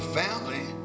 family